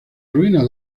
ruinas